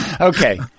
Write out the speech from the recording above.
Okay